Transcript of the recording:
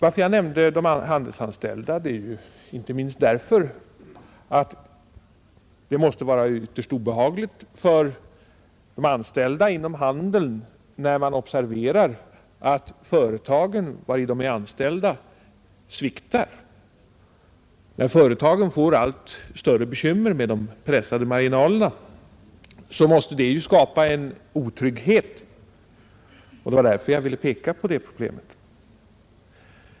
Att jag nämnde de handelsanställda var inte minst därför att det måste vara ytterst obehagligt för de anställda inom handeln att observera hur de företag, vari de är anställda, sviktar. När företagen får allt större bekymmer med de pressade marginalerna skapas otrygghet. Det var därför jag ville peka på detta problem.